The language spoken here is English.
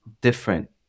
different